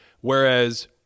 whereas